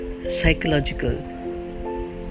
psychological